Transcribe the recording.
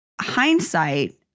hindsight